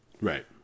Right